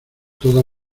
toda